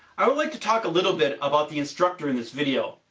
i would like to talk a little bit about the instructor in this video,